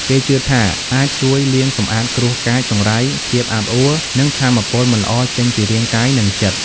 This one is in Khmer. គេជឿថាអាចជួយ លាងសម្អាតគ្រោះកាច ចង្រៃ ភាពអាប់អួ និងថាមពលមិនល្អចេញពីរាងកាយ និងចិត្ត។